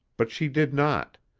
but she did not.